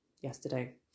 yesterday